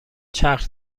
چرخ